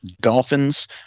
Dolphins